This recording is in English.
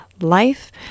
life